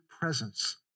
presence